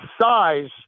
size